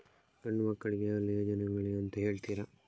ಗಂಡು ಮಕ್ಕಳಿಗೆ ಯಾವೆಲ್ಲಾ ಯೋಜನೆಗಳಿವೆ ಅಂತ ಹೇಳ್ತೀರಾ?